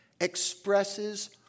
expresses